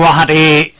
ah had a